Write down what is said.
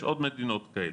יש עוד מדינות כאלה.